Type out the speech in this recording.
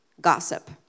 gossip